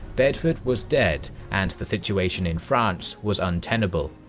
bedford was dead, and the situation in france was untenable.